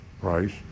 price